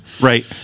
right